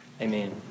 Amen